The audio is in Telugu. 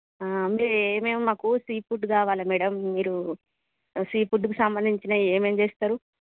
మీరు ఏమేం మాకు సీ ఫుడ్ కావాలి మేడం మీరు సీ ఫుడ్కి సంబంధించినవి ఏమేం చేస్తారు